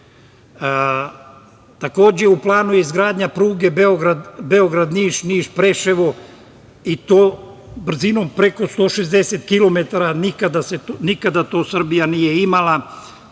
građane. Takođe, u planu je izgradnja pruge Beograd – Niš, Niš – Preševo i to brzinom preko 160 km. Nikada to Srbija nije imala.